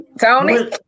Tony